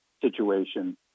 situation